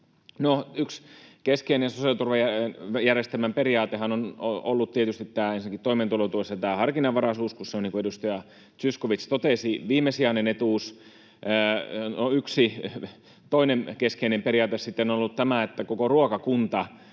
yksi keskeinen sosiaaliturvajärjestelmän periaatehan on ollut toimeentulotuessa ensinnäkin tämä harkinnanvaraisuus, koska se on, niin kuin edustaja Zyskowicz totesi, viimesijainen etuus. Yksi toinen keskeinen periaate sitten on ollut tämä, että koko ruokakunta